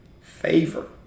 favor